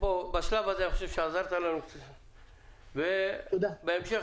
בשלב הזה אני חושב שעזרת לנו ונשמח גם בהמשך.